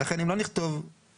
ולכן אם לא נכתוב "למעט"